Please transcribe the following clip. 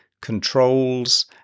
controls